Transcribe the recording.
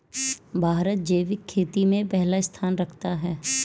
भारत जैविक खेती में पहला स्थान रखता है